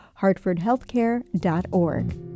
hartfordhealthcare.org